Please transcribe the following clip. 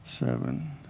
Seven